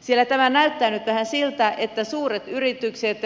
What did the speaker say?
siellä tämä näyttää nyt vähän siltä että suuret yritykset